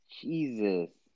Jesus